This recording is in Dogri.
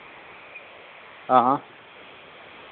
हां